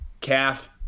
calf